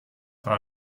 war